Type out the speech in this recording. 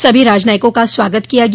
सभी राजनयिकों का स्वागत किया गया